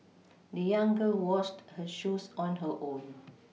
the young girl washed her shoes on her own